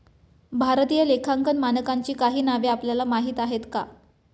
भारतीय लेखांकन मानकांची काही नावं आपल्याला माहीत आहेत का?